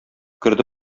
керде